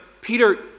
Peter